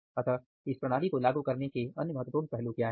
अतः इस प्रणाली को लागू करने के अन्य महत्वपूर्ण पहलू क्या है